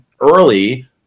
early